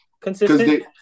Consistent